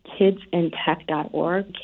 Kidsintech.org